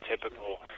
typical